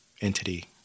entity